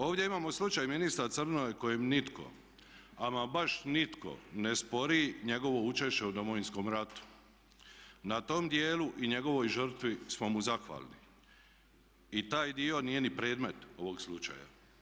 Ovdje imamo slučaj ministra Crnoje kojem nitko, ama baš nitko ne spori njegovo učešće u Domovinskom rata, na tom djelu i njegovoj žrtvi smo mu zahvalni i taj dio nije ni predmet ovog slučaja.